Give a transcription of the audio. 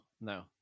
no